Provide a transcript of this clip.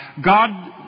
God